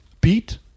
beat